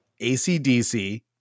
ACDC